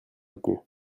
retenu